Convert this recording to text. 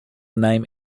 name